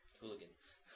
Hooligans